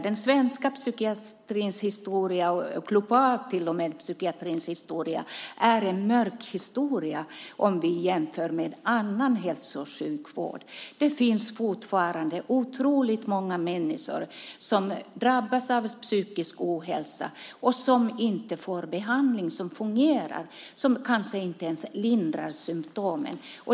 Den svenska psykiatrins historia och till och med psykiatrins historia globalt är en mörk historia, om vi jämför med annan hälso och sjukvård. Det finns fortfarande otroligt många människor som drabbas av psykisk ohälsa och som inte får behandling som fungerar. Den kanske inte ens lindrar symtomen.